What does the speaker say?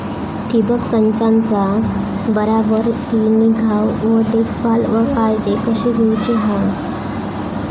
ठिबक संचाचा बराबर ती निगा व देखभाल व काळजी कशी घेऊची हा?